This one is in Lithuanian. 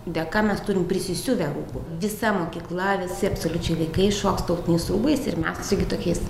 dėka mes turim prisisiuvę visa mokykla visi absoliučiai vaikai šoks tautiniais rūbais ir mes su kitokiais